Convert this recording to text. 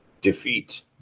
defeat